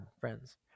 friends